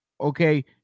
okay